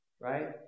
right